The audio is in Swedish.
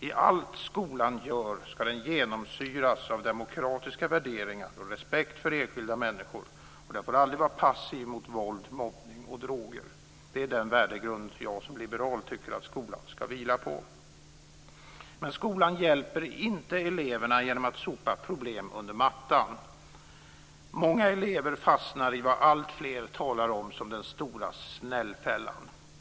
I allt skolan gör ska den genomsyras av demokratiska värderingar och respekt för enskilda människor, och skolan får aldrig vara passiv mot våld, mobbning och droger. Det är en värdegrund jag som liberal tycker att skolan ska vila på. Skolan hjälper inte eleverna genom att sopa problem under mattan. Många elever fastnar i vad alltfler talar om som den stora snällfällan.